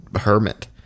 hermit